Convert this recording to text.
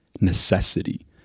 necessity